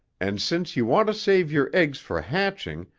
and since you want to save your eggs for hatching,